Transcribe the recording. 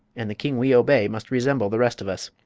and the king we obey must resemble the rest of us.